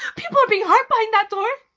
people are being hurt behind that door.